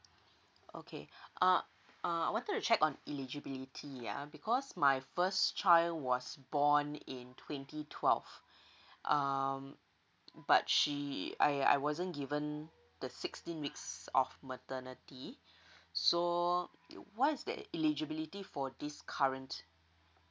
okay uh uh I want to check on eligibility yeah because my first child was born in twenty twelve um but she I I wasn't given the sixteen weeks of maternity so what's that eligibility for this current